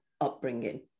upbringing